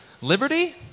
Liberty